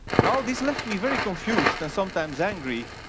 now this left me very confused and sometimes angry.